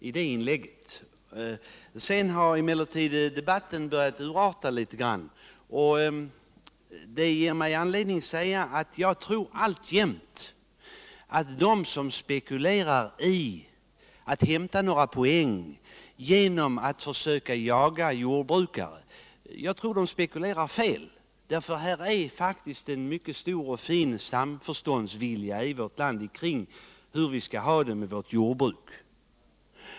Sedan har debatten emellertid börjat urarta litet, och det ger mig anledning att säga att jag alltjämt tror att de som försöker hämta några poäng genom att jaga jordbrukare spekulerar fel. Det finns faktiskt en mycket stor och fin samförståndsvilja i vårt land om hur vi skall ha det med vårt jordbruk.